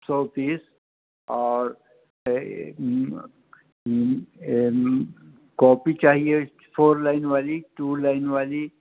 سو piece اور copy چاہیے four line والی ٹو لائن والی